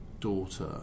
daughter